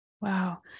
wow